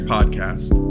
Podcast